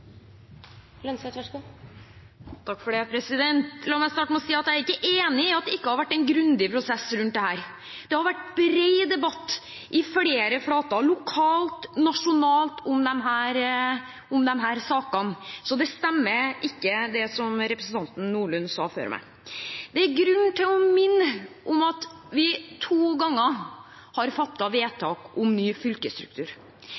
enig i at det ikke har vært en grundig prosess rundt dette. Det har vært bred debatt i flere flater, lokalt og nasjonalt, om disse sakene, så det stemmer ikke, det som representanten Nordlund sa før meg. Det er grunn til å minne om at vi to ganger har